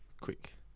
quick